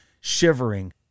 shivering